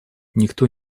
никто